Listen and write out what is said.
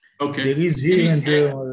Okay